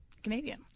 canadian